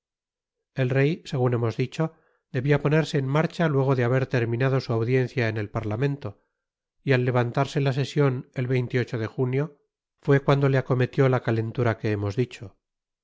el rey segun hemos dicho debia ponerse en marcha luego de haber terminado su audiencia en el parlamento y al levantarse la sesion el de junio fué cuando le acometió la calentura que hemos dicho